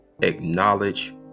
Acknowledge